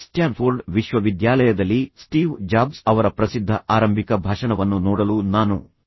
Stanford ವಿಶ್ವವಿದ್ಯಾಲಯದಲ್ಲಿ Steve Jobs Steve Jobs' ಅವರ ಪ್ರಸಿದ್ಧ ಆರಂಭಿಕ ಭಾಷಣವನ್ನು ನೋಡಲು ನಾನು ನಿಮ್ಮನ್ನು ಕೇಳಿಕೊಂಡಿದ್ದೇನೆ